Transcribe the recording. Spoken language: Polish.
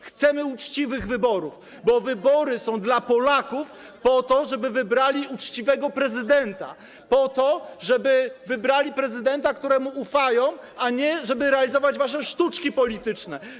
Chcemy uczciwych wyborów, bo wybory są dla Polaków, żeby wybrali uczciwego prezydenta, żeby wybrali prezydenta, któremu ufają, a nie, żeby realizować wasze sztuczki polityczne.